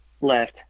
left